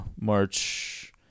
march